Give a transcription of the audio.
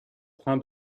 train